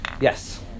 Yes